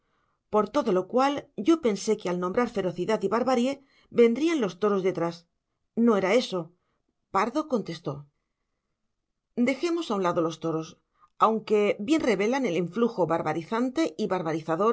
por todo lo cual yo pensé que al nombrar ferocidad y barbarie vendrían los toros detrás no era eso pardo contestó dejemos a un lado los toros aunque bien revelan el influjo barbarizante o